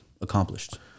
accomplished